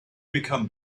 become